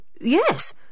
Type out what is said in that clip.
yes